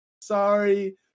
sorry